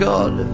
God